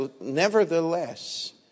nevertheless